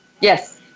Yes